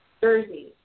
jersey